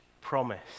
promise